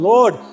Lord